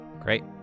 Great